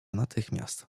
natychmiast